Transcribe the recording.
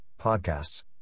podcasts